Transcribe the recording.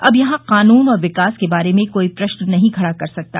अब यहां कानून और विकास के बारे में कोई प्रश्न नहीं खड़ा कर सकता